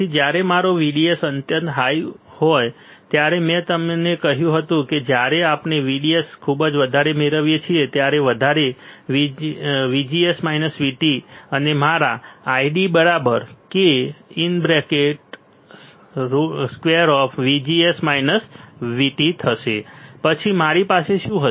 તેથી જ્યારે મારો VDS અત્યંત ઉંચો હોય ત્યારે મેં તમને કહ્યું હતું કે જ્યારે આપણે VDS ખુબજ વધારે મેળવીએ છીએ તેનાથી વધારે VGS VT અને મારા ID k 2 પછી મારી પાસે શું હશે